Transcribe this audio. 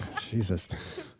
Jesus